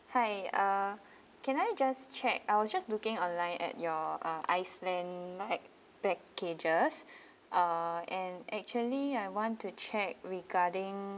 hi uh can I just check I was just looking online at your ah iceland like packages ah and actually I want to check regarding